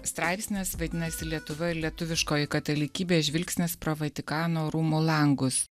straipsnis vadinasi lietuva ir lietuviškoji katalikybė žvilgsnis pro vatikano rūmų langus